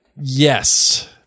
Yes